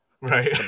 right